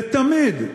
ותמיד,